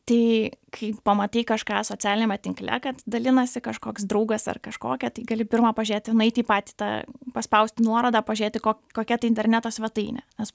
tai kai pamatei kažką socialiniame tinkle kad dalinasi kažkoks draugas ar kažkokią tai gali pirma pažiūrėti nueiti į patį tą paspausti nuorodą pažiūrėti ko kokia tai interneto svetainė nes